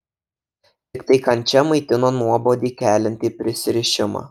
tiktai kančia maitino nuobodį keliantį prisirišimą